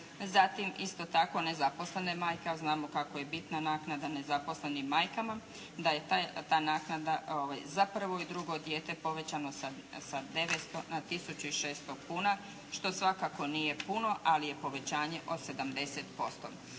Zatim, isto tako nezaposlene majke a znamo kako je bitna naknada nezaposlenim majkama da je ta naknada za prvo i drugo dijete povećana sa 900 na tisuću i 600 kuna što svakako nije puno ali je povećanje od 70%.